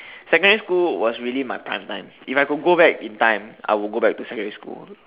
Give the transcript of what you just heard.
secondary school was really my prime time if I could go back in time I would go back to secondary school